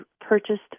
purchased